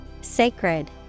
Sacred